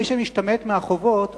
מי שמשתמט מהחובות,